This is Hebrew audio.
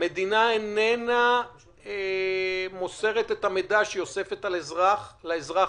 המדינה איננה מוסרת את המידע שהיא אוספת על האזרח עצמו,